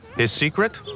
his secret?